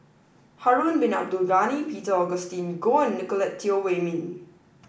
Harun Bin Abdul Ghani Peter Augustine Goh and Nicolette Teo Wei Min